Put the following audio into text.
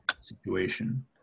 situation